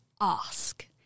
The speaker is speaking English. ask